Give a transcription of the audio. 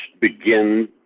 begin